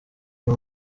uyu